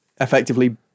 effectively